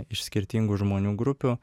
iš skirtingų žmonių grupių